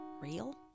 real